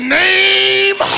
name